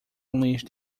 unleash